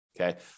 okay